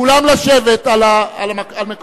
כולם לשבת במקומכם.